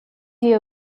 you